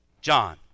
John